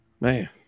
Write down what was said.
Man